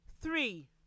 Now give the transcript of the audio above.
three